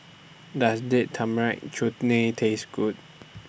Does Date Tamarind Chutney Taste Good